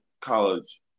college